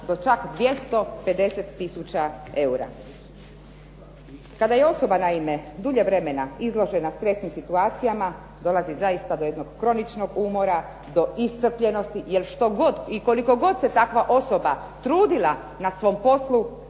do čak 250 tisuća eura. Kada je osoba, naime dulje vremena izložena stresnim situacijama, dolazi zaista do jednog kroničnog umora, do iscrpljenosti jer što god i koliko god se takva osoba trudila na svom poslu,